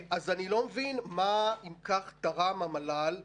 אז אני לא מבין מה, אם כך, תרם המל"ל לעניין.